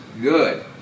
good